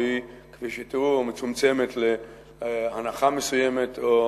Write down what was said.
שהיא כפי שתראו מצומצמת להנחה מסוימת או